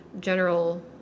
general